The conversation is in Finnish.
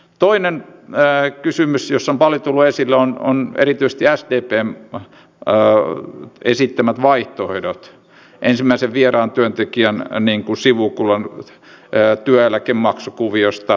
toinen kysymys joka on paljon tullut esille on erityisesti sdpn esittämät vaihtoehdot ensimmäisen vieraan työntekijän työeläkemaksukuviosta tämäntyylisistä asioista